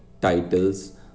titles